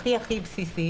הכי הכי בסיסיים,